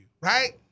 right